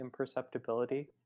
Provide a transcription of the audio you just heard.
imperceptibility